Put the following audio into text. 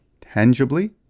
tangibly